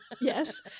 Yes